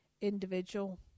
individual